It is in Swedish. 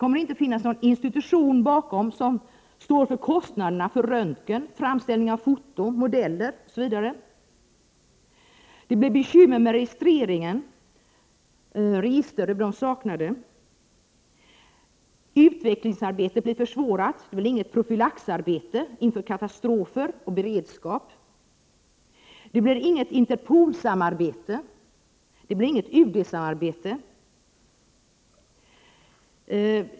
Om ingen institution står bakom, kommer ingen att stå för kostnaderna för röntgen, framställning av foto, modeller etc. Det blir bekymmer med registret över saknade. Utvecklingsarbetet försvåras, och det blir inget profylaxarbete inför katastrofer, ingen beredskap osv. Det blir inget Interpol-samarbete, och det blir inget UD-samarbete.